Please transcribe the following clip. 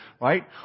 right